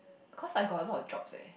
cause I got a lot of jobs leh